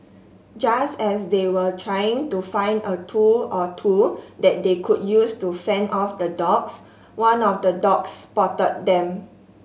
just as they were trying to find a tool or two that they could use to fend off the dogs one of the dogs spotted them